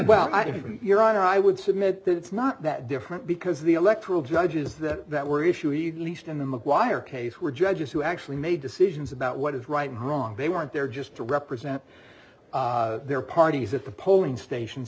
well i mean your honor i would submit that it's not that different because the electoral judges that were issue either least in the mcguire case were judges who actually made decisions about what is right and wrong they weren't there just to represent their parties at the polling stations